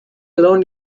alone